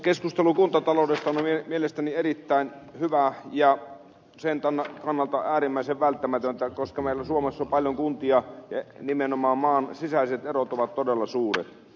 keskustelu kuntataloudesta on mielestäni erittäin hyvä ja sen kannalta äärimmäisen välttämätöntä koska meillä suomessa on paljon kuntia ja nimenomaan maan sisäiset erot ovat todella suuret